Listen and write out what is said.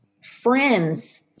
friends